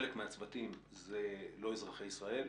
חלק מהצוותים הם לא אזרחי ישראל.